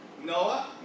Noah